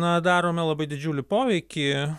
na darome labai didžiulį poveikį